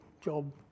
Job